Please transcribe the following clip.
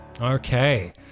Okay